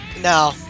No